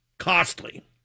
costly